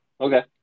okay